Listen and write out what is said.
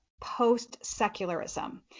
post-secularism